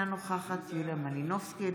אינה נוכחת יוליה מלינובסקי,